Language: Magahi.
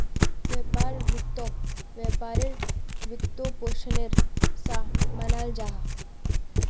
व्यापार वित्तोक व्यापारेर वित्त्पोशानेर सा मानाल जाहा